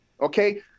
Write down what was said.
Okay